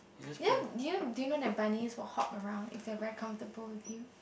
you know do you do you know that bunnies will hop around if they're comfortable with you